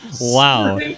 Wow